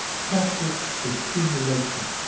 practice dissimulation,